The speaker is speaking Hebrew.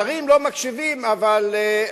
השרים לא מקשיבים, אבל,